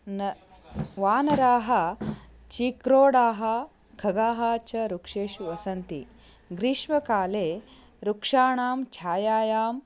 न वानराः चीक्रोडाः खगाः च वृक्षेषु वसन्ति ग्रीष्मकाले वृक्षाणां छायायाम्